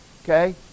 okay